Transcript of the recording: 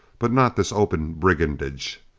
but not this open brigandage.